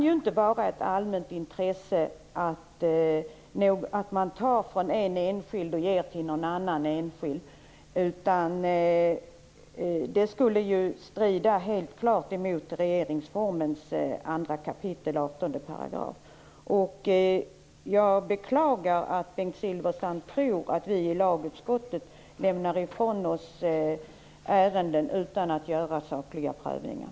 Det kan inte vara ett allmänt intresse att man tar från en enskild och ger till en annan enskild. Det skulle helt klart strida mot regeringsformens 2 kap. 18 §. Jag beklagar att Bengt Silfverstrand tror att vi i lagutskottet lämnar ifrån oss ärenden utan att göra sakliga prövningar.